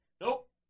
Nope